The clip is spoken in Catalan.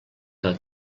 que